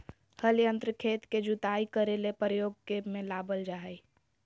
हल यंत्र खेत के जुताई करे ले प्रयोग में लाबल जा हइ